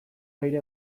aire